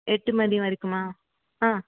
எட்டுமணி வரைக்குமா ஆ